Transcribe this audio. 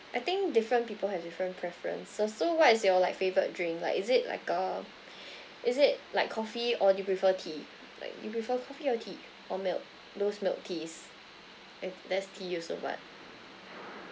I think different people have different preference so so what is your like favourite drink like is it like a is it like coffee or do you prefer tea like you prefer coffee or tea or milk those milk teas eh that's tea also [what]